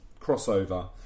Crossover